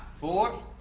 four